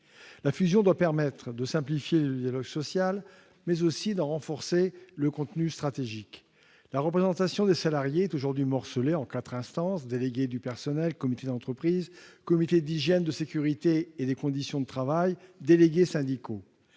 La fusion doit permettre de simplifier le dialogue social, mais aussi d'en renforcer le contenu stratégique. La représentation des salariés est aujourd'hui morcelée en quatre instances différentes au sein de l'entreprise : délégués du personnel, comité d'entreprise, comité d'hygiène, de sécurité et des conditions de travail, et délégués syndicaux.